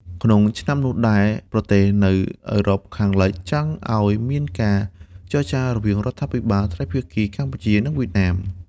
ក្នុងឆ្នាំនោះដែរ ប្រទេសនៅអឺរ៉ុបខាងលិចចង់ឱ្យមានការចរចារវាងរដ្ឋាភិបាលត្រីភាគីកម្ពុជា និងវៀតណាម។